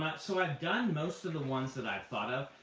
so i've done most of the ones that i've thought of.